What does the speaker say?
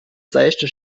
seichte